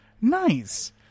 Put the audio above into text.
Nice